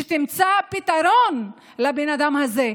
שתמצא פתרון לבן האדם הזה?